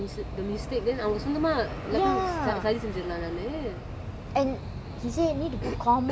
ya ஒங்கிட்ட சொல்றாங்க:onkitta solraanga they can spot the mistake then அவங்க சொந்தமா எல்லாத்தையும் சரி சரி செஞ்சிரலாம் தாணு:avanga sonthama ellathayum sari sari senjiralaam thaanu